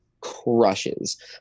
crushes